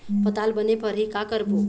पताल बने फरही का करबो?